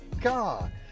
God